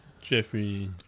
Jeffrey